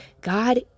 God